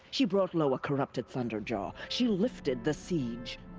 she brought low a corrupted thunderjaw. she lifted the siege!